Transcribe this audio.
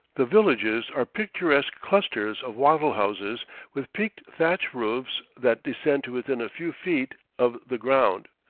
the villages are picturesque clusters of wattle houses with peaked thatch roofs that descend to within a few feet of the ground.